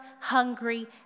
hungry